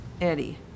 Eddie